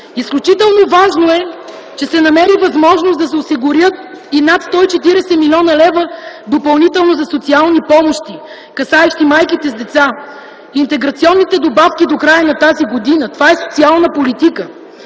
Изключително важно е, че се намери възможност да се осигурят и над 140 млн. лв. допълнително за социални помощи, касаещи майките с деца, интеграционните добавки до края на тази година. Това е социална политика.